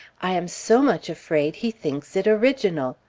i am so much afraid he thinks it original!